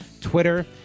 Twitter